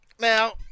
Now